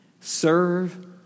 Serve